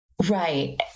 Right